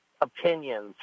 opinions